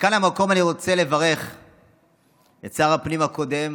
וכאן המקום שאני רוצה לברך את שר הפנים הקודם,